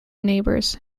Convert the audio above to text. neighbours